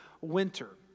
winter